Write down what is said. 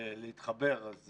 להתחבר אז